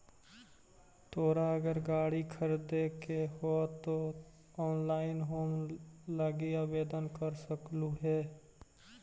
तोरा अगर घर खरीदे के हो त तु ऑनलाइन होम लोन लागी आवेदन कर सकलहुं हे